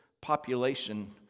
population